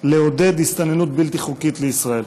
לעודד הסתננות בלתי חוקית לישראל?